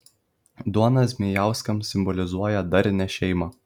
duona zmejauskams simbolizuoja darnią šeimą